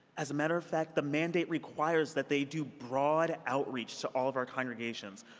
as a matter of fact, the mandate requires that they do broad outreach to all of our congregations.